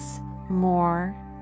more